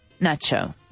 Nacho